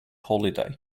holiday